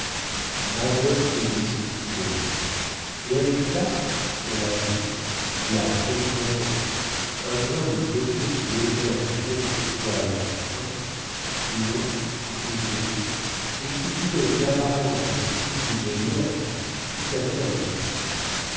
madone et ouistiti mêlés et avec ça sur la joue là près du menton un grain de beauté doù émergent quelques poils fins longs frisés et qui lui donne une apparence de simily meyer tout à fait amusante